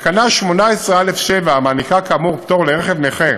תקנה 18(א)(7), המעניקה כאמור פטור לרכב נכה